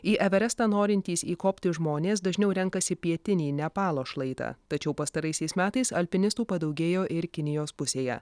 į everestą norintys įkopti žmonės dažniau renkasi pietinį nepalo šlaitą tačiau pastaraisiais metais alpinistų padaugėjo ir kinijos pusėje